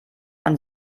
man